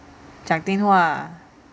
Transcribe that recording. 讲电话